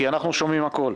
אנחנו שומעים הכול.